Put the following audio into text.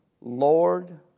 Lord